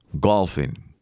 golfing